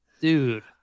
dude